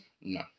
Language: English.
No